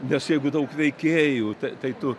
nes jeigu daug veikėjų tai tu